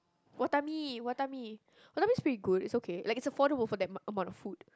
Watami Watami Watami's pretty good it's okay like it's affordable for that amount amount of food